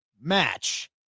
match